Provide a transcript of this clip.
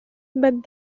but